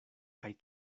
kaj